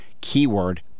Keyword